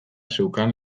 zeukan